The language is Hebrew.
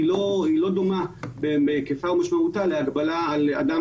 היא לא דומה בהיקפה ובמשמעותה להגבלה על אדם